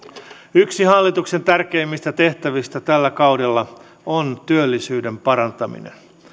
yksi hallituksen tärkeimmistä tehtävistä tällä kaudella on työllisyyden parantaminen